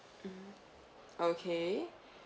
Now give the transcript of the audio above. mm okay